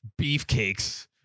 beefcakes